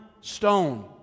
stone